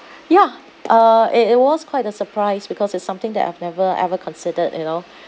ya uh it it was quite a surprise because it's something that I've never ever considered you know